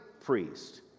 priest